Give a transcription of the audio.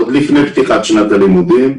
עוד לפני פתיחת הלימודים,